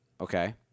Okay